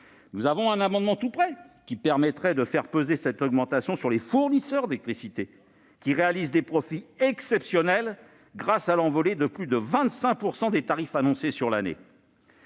nous avons un amendement tout prêt, qui, s'il était adopté, permettrait de faire peser cette augmentation sur les fournisseurs d'électricité, qui réalisent des profits exceptionnels grâce à l'envolée de plus de 25 % des tarifs annoncés sur l'année.